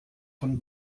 von